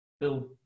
build